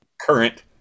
current